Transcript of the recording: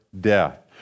death